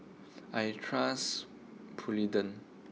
I trust Polident